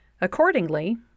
accordingly